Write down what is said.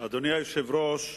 אדוני היושב-ראש,